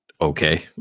Okay